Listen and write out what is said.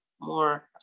more